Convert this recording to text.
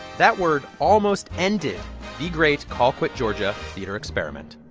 that word almost ended the great colquitt, ga, theater experiment